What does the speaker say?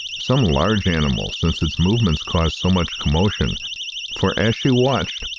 some large animal, since its movements caused so much commotion for, as she watched,